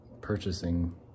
purchasing